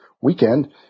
weekend